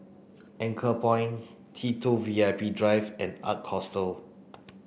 Anchorpoint T two VIP Drive and Ark Hostel